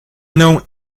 não